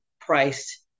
priced